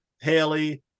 Haley